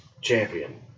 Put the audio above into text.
champion